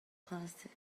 classic